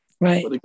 Right